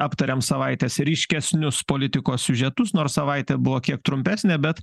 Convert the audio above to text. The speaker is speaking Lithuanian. aptariam savaitės ryškesnius politikos siužetus nors savaitė buvo kiek trumpesnė bet